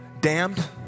damned